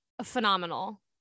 phenomenal